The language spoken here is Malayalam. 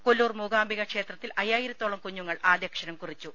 കൊല്ലൂർ മൂകാംബിക ക്ഷേത്രത്തിൽ അയ്യായിരത്തോളം കുഞ്ഞുങ്ങൾ ആദ്യാക്ഷരം കുറിച്ചു